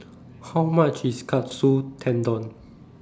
How much IS Katsu Tendon